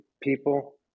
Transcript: people